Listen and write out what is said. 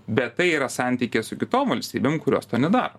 bet tai yra santykiai su kitom valstybėm kurios to nedaro